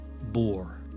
bore